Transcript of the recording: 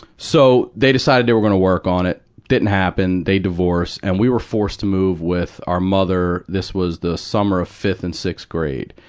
so, they decided they were gonna work on it. didn't happen, they divorced, and we were forced to move with our mother this was the summer of fifth and sixth grade.